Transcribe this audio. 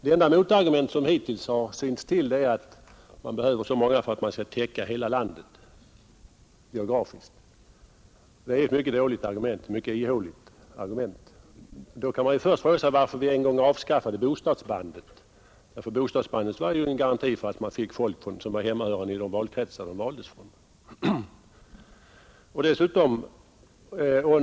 Det enda motargument som hittills har synts till är att man behöver så många för att man skall täcka hela landet geografiskt. Det är ett mycket dåligt och ihåligt argument. Då kan man ju fråga sig varför vi en gång avskaffade bostadsbandet — det var ju en garanti för att man fick folk som var hemmahörande i de valkretsar där de valdes.